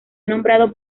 nombrado